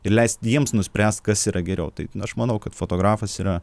ir leist jiems nuspręst kas yra geriau tai aš manau kad fotografas yra